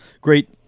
great